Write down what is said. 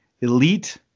elite